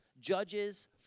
Judges